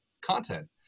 content